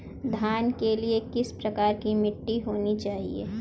धान के लिए किस प्रकार की मिट्टी होनी चाहिए?